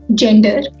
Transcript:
gender